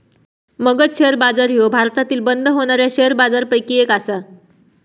Magadh share बाजार ह्यो भारतातील बंद होणाऱ्या शेअर बाजारपैकी एक आसा